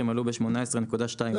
עלו ב-18.2%.